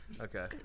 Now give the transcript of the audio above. okay